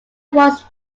was